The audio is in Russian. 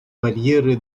барьеры